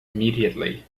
immediately